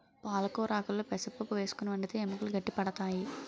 పాలకొరాకుల్లో పెసరపప్పు వేసుకుని వండితే ఎముకలు గట్టి పడతాయి